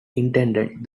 intended